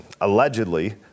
allegedly